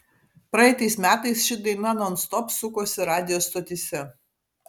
praeitais metais ši daina nonstop sukosi radijo stotyse